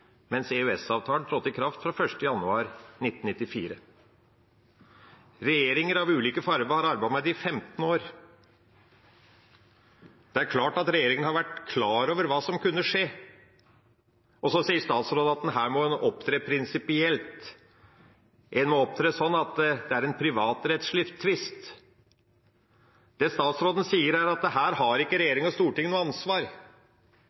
mens EØS-avtalen trådte i kraft fra 1. januar 1994. Regjeringer av ulike farger har arbeidet med det i 15 år. Det er klart at regjeringa har vært klar over hva som kunne skje. Så sier statsråden at her må en opptre prinsipielt, opptre slik at det er en privatrettslig tvist. Det statsråden sier, er at her har ikke regjeringa og Stortinget noe ansvar.